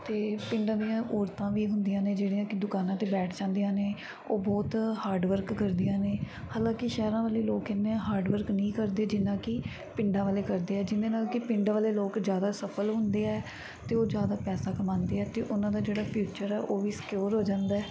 ਅਤੇ ਪਿੰਡਾਂ ਦੀਆਂ ਔਰਤਾਂ ਵੀ ਹੁੰਦੀਆਂ ਨੇ ਜਿਹੜੀਆਂ ਕਿ ਦੁਕਾਨਾਂ 'ਤੇ ਬੈਠ ਜਾਂਦੀਆਂ ਨੇ ਉਹ ਬਹੁਤ ਹਾਰਡ ਵਰਕ ਕਰਦੀਆਂ ਨੇ ਹਾਲਾਂਕਿ ਸ਼ਹਿਰਾਂ ਵਾਲੇ ਲੋਕ ਇੰਨਾ ਹਾਰਡ ਵਰਕ ਨਹੀਂ ਕਰਦੇ ਜਿੰਨਾ ਕਿ ਪਿੰਡਾਂ ਵਾਲੇ ਕਰਦੇ ਹੈ ਜਿਹਦੇ ਨਾਲ ਕਿ ਪਿੰਡ ਵਾਲੇ ਲੋਕ ਜ਼ਿਆਦਾ ਸਫ਼ਲ ਹੁੰਦੇ ਹੈ ਅਤੇ ਉਹ ਜ਼ਿਆਦਾ ਪੈਸਾ ਕਮਾਉਂਦੇ ਹੈ ਅਤੇ ਉਨ੍ਹਾਂ ਦਾ ਜਿਹੜਾ ਫਿਊਚਰ ਹੈ ਉਹ ਵੀ ਸਕਿਓਰ ਹੋ ਜਾਂਦਾ ਹੈ